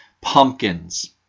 pumpkins